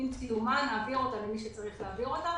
עם סיומה נעביר אותה למי שצריך להעביר אותה,